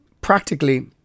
practically